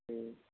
ठीक है